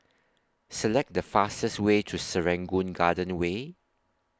Select The fastest Way to Serangoon Garden Way